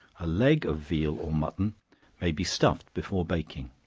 a leg of veal or mutton may be stuffed before baking.